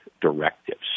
directives